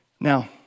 Now